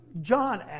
John